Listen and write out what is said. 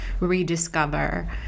rediscover